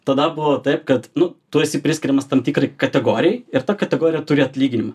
tada buvo taip kad nu tu esi priskiriamas tam tikrai kategorijai ir ta kategorija turi atlyginimą